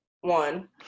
one